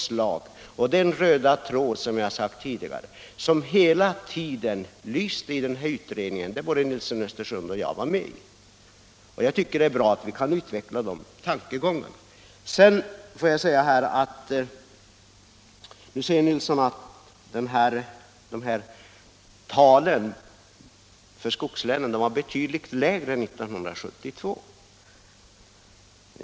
Samverkan var den röda tråd som hela tiden fanns 16 december 1976 i styrmedelsutredningen i vilken både herr Nilsson och jag var ense. Jag tycker det är bra att vi kan utveckla de här tankegångarna i praktisk Samordnad handling. sysselsättnings och Herr Nilsson sade att befolkningstalen beträffande skogslänen var be = regionalpolitik tydligt lägre för 1972.